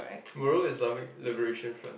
moral Islamic liberation front